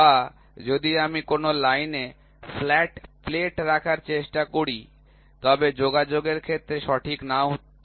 বা যদি আমি কোনও লাইনে ফ্ল্যাট প্লেট রাখার চেষ্টা করি তবে যোগাযোগের ক্ষেত্রে সঠিক নাও থাকতে পারে